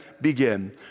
Begin